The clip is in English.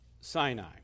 Sinai